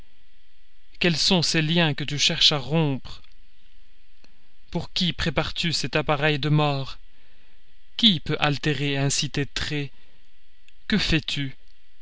quels sont ces liens que tu cherches à rompre pour qui prépares tu cet appareil de mort qui peut altérer ainsi tes traits que fais-tu